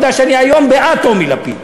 כי אני היום בעד טומי לפיד.